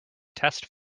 test